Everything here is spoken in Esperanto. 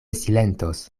silentos